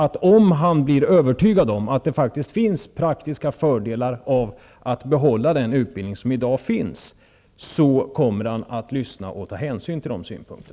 Om Per Unckel blir övertygad om att det faktiskt finns praktiska fördelar med att behålla den utbildning som i dag finns, hoppas jag alltså att han kommer att lyssna och ta hänsyn till framförda synpunkter.